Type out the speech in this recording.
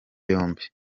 yombi